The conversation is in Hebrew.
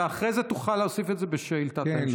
אתה אחרי זה תוכל להוסיף את זה בשאילתת ההמשך.